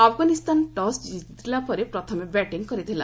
Afghanistan toss ଜିତିଲା ପରେ ପ୍ରଥମେ ବ୍ୟାଟିଂ କରିଥିଲା